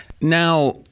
Now